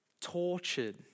tortured